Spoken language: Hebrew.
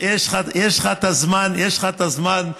יש לך את הזמן לחזור,